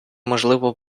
можливо